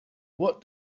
what